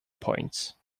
points